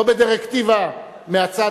לא בדירקטיבה מהצד,